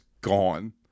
gone